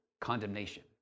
condemnation